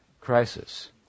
crisis